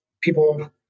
people